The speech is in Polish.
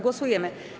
Głosujemy.